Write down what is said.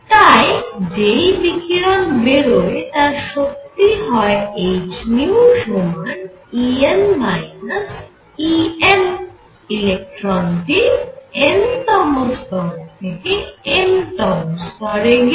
তাই যেই বিকিরণ বেরোয় তার শক্তি হয় hν সমান En Em ইলেকট্রনটি nতম স্তর থেকে mতম স্তরে গেলে